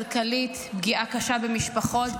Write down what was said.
פגיעה קשה במשפחות,